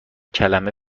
کلمه